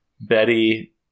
Betty